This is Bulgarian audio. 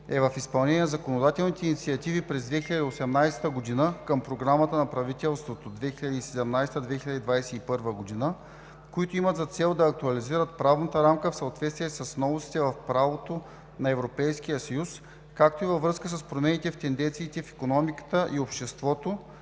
е в изпълнение на законодателните инициативи през 2018 г. към Програмата на правителството за 2017 – 2021 г., които имат за цел да актуализират правната рамка в съответствие с новостите в правото на Европейския съюз, както и във връзка с промените в тенденциите в икономиката и обществото